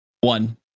one